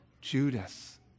Judas